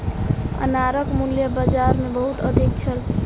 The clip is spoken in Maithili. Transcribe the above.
अनारक मूल्य बाजार मे बहुत अधिक छल